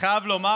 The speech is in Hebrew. חייב לומר